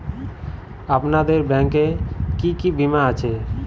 আপনাদের ব্যাংক এ কি কি বীমা আছে?